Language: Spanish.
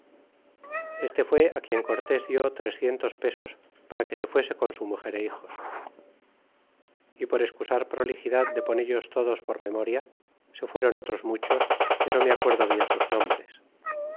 este fue á quien cortes dió trecientos pesos para que se fuese con su muger é hijos y por escusar prolixidad de ponchos todos por memoria se fueron otros muchos que no me acuerdo bien sus nombres